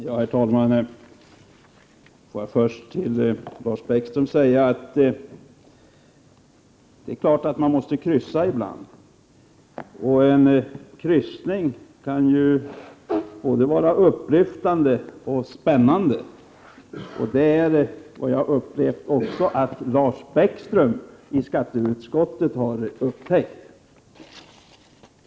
Herr talman! Till Lars Bäckström vill jag säga att det är klart att man måste kryssa ibland. En kryssning kan ju vara både upplyftande och spännande. Jag har i skatteutskottet märkt att Lars Bäckström också har upptäckt detta.